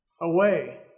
away